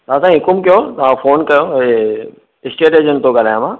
दादा हुकुमु कयो तव्हां फोन कयो ऐं स्टेट एजंट थो ॻाल्हायां मां